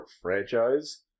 franchise